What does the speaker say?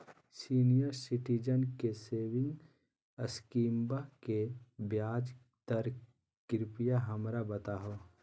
senior citizen के saving स्कीमवा के ब्याज दर कृपया हमरा बताहो